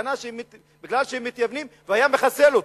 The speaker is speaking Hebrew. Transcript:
בטענה שהם מתייוונים והיה מחסל אותם.